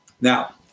now